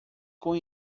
com